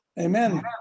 Amen